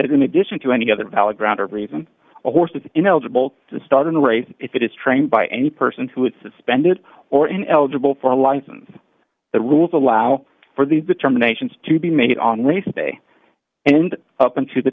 in addition to any other valid grounds or reason a horse is in eligible to start in the race if it is trained by any person who is suspended or ineligible for a license the rules allow for these determinations to be made on race day and up into the